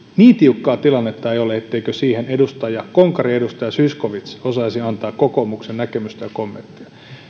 niin tiukkaa tilannetta etteikö siihen konkariedustaja zyskowicz osaisi antaa kokoomuksen näkemystä ja kommenttia